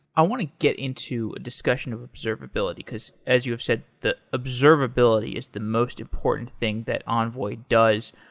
i want to get into discussion of observability, cause as you've said, the observability is the most important thing that envoy does.